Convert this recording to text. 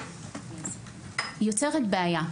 יוצרת בעיה,